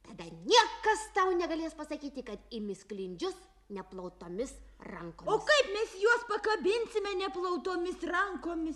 tada niekas tau negalės pasakyti kad imi sklindžius neplautomis rankomis o kaip mes juos pakabinsime neplautomis rankomis